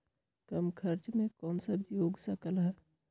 कम खर्च मे कौन सब्जी उग सकल ह?